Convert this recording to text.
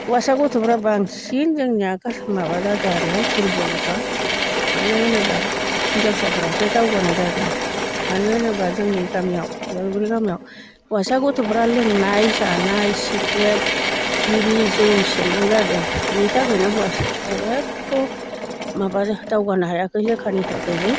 हौवासा गथ'फ्रा बांसिन जोंनिया गासै माबा जादों आरो दुरब'लटा मानो होनोबा हिन्जावसाफोरासो दावगानाय जादों मानो होनोबा जोंनि गामियाव उदालगुरि गामियाव हौवासा गथ'फोरा लोंनाय जानाय सिग्रेट बिरि जौ सोबनाय जादों बेनि थाखायनो हौवासाफोरा एख' माबा दावगानो हायाखै लेखानि थाखायबो